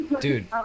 Dude